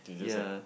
yea